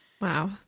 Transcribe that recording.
Wow